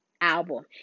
album